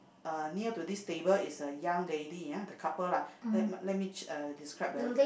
uh near to this table is a young lady ah the couple lah let let me uh describe the